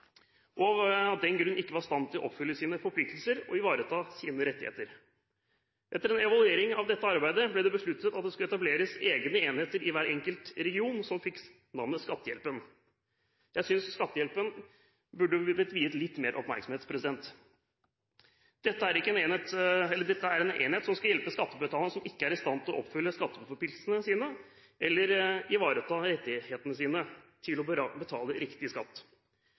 og av den grunn ikke var i stand til å oppfylle sine forpliktelser og ivareta sine rettigheter. Etter en evaluering av dette arbeidet ble det besluttet at det skulle etableres egne enheter i hver enkelt region, som fikk navnet Skattehjelpen. Jeg synes Skattehjelpen burde blitt viet litt mer oppmerksomhet. Dette er en enhet som skal hjelpe skattebetalere som ikke er i stand til å oppfylle skatteforpliktelsene sine eller å ivareta rettighetene sine, til å betale riktig skatt.